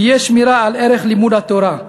תהיה שמירה על ערך לימוד התורה,